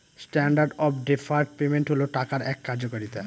standard of deferred payment হল টাকার এক কার্যকারিতা